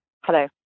Hello